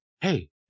hey